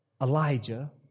Elijah